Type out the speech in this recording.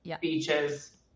beaches